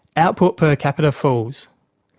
output per capita falls.